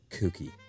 kooky